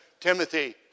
Timothy